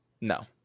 No